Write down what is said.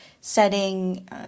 setting